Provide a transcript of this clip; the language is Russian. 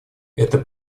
это